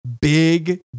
big